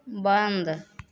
बन्द